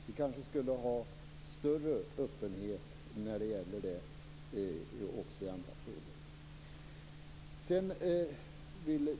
Vi kanske skulle ha en större öppenhet också i andra frågor.